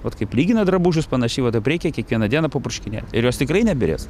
vat kaip lygina drabužius panašiai va taip reikia kiekvieną dieną papurškinėt ir jos tikrai nebyrės